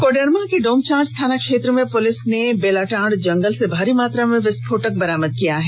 कोडरमा के डोमचांच थानाक्षेत्र में पुलिस ने बेलाटांड जंगल से भारी मात्रा में विस्फोटक बरामद किया है